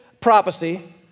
prophecy